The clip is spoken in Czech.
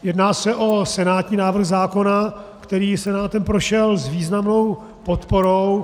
Jedná se o senátní návrh zákona, který Senátem prošel s významnou podporou.